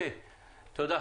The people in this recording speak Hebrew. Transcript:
תודה.